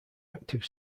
active